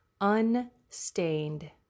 unstained